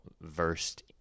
versed